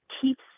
keeps